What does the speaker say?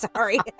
Sorry